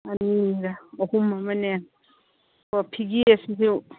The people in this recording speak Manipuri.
ꯑꯅꯤꯒ ꯑꯍꯨꯝ ꯑꯃꯅꯦ ꯑꯣ ꯐꯤꯒꯦꯁꯤꯁꯨ